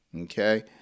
Okay